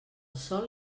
sol